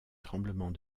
tremblements